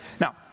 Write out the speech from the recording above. Now